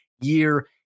year